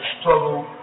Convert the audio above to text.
struggle